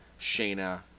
Shayna